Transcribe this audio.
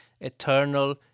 eternal